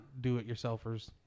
do-it-yourselfers